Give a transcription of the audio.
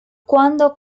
cuándo